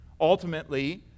Ultimately